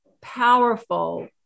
powerful